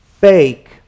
fake